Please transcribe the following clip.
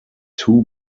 two